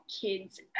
kids